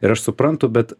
ir aš suprantu bet